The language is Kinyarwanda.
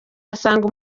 asanga